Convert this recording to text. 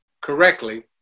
correctly